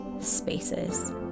spaces